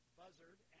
buzzard